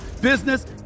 business